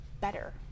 better